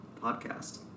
podcast